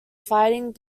fighting